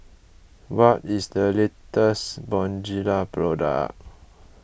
what is the latest Bonjela product